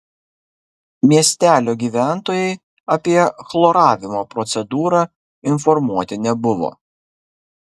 miestelio gyventojai apie chloravimo procedūrą informuoti nebuvo